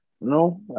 No